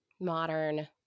modern